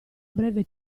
breve